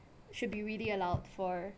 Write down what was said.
should be really allowed for